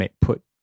put